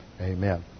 Amen